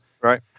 right